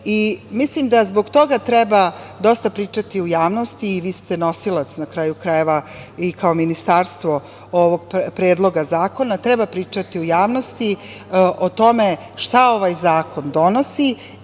mislim da zbog toga treba dosta pričati u javnosti. Vi ste nosilac, na kraju krajeva, kao Ministarstvo, ovog predloga zakona, treba pričati u javnosti o tome šta ovaj zakon donosi i koliko